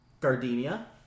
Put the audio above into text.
Gardenia